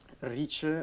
reach